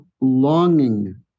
longing